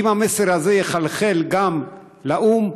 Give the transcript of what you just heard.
אם המסר הזה יחלחל גם לאו"ם,